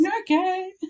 Okay